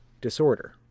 disorder